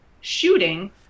shooting